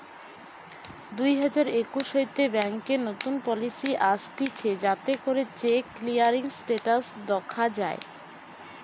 দুই হাজার একুশ হইতে ব্যাংকে নতুন পলিসি আসতিছে যাতে করে চেক ক্লিয়ারিং স্টেটাস দখা যায়